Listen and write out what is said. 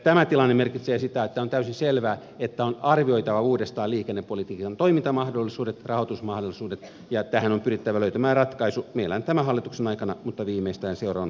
tämä tilanne merkitsee sitä että on täysin selvää että on arvioitava uudestaan liikennepolitiikan toimintamahdollisuudet rahoitusmahdollisuudet ja tähän on pyrittävä löytämään ratkaisu mielellään tämän hallituksen aikana mutta viimeistään seuraavan hallituksen toimesta